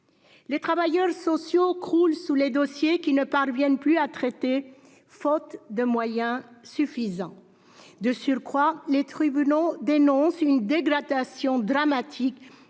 Les travailleurs sociaux croulent sous les dossiers qu'ils ne parviennent plus à traiter, faute de moyens suffisants. De surcroît, les tribunaux dénoncent une dégradation dramatique